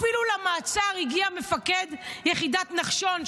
אפילו למעצר הגיע מפקד יחידת נחשון,